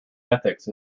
ethics